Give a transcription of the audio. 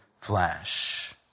flesh